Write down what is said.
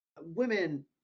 women